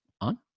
on